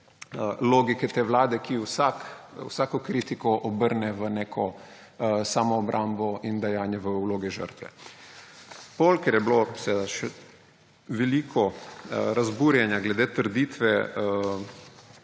logike te vlade, ki vsako kritiko obrne v neko samoobrambo in dajanje v vloge žrtve. Potem, ker je bilo seveda še veliko razburjenja glede trditve